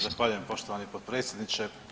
Zahvaljujem poštovani potpredsjedniče.